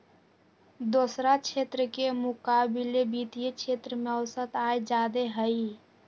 दोसरा क्षेत्र के मुकाबिले वित्तीय क्षेत्र में औसत आय जादे हई